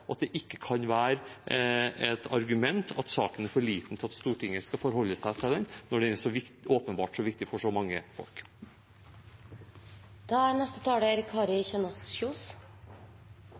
og at det ikke kan være et argument at saken er for liten til at Stortinget skal forholde seg til den, når den åpenbart er så viktig for så mange folk. Forslagsstillerne viser til at det i en rekke aktuelle saker er